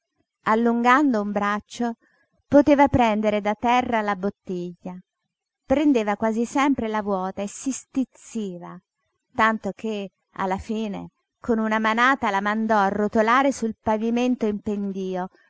allungando un braccio poteva prendere da terra la bottiglia prendeva quasi sempre la vuota e si stizziva tanto che alla fine con una manata la mandò a rotolare sul pavimento in pendío